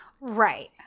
Right